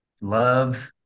love